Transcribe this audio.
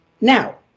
Now